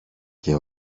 και